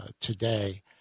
today